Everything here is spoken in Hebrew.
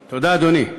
תודה, אדוני.